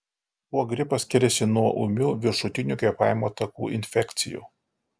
kuo gripas skiriasi nuo ūmių viršutinių kvėpavimo takų infekcijų